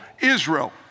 Israel